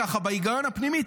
ככה בהיגיון הפנימי,